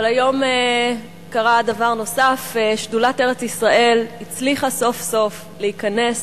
אבל היום קרה דבר נוסף: שדולת ארץ-ישראל הצליחה סוף-סוף להיכנס